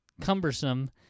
cumbersome